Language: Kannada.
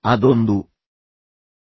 ಅದು ಒಂದು ಸೊಗಸಾದ ಕೆಲಸವಾಗಿತ್ತು